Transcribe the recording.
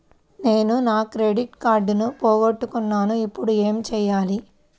నేను నా క్రెడిట్ కార్డును పోగొట్టుకున్నాను ఇపుడు ఏం చేయాలి?